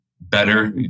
better